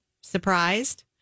Surprised